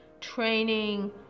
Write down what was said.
training